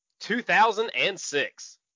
2006